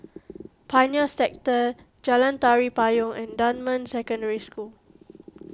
Pioneer Sector Jalan Tari Payong and Dunman Secondary School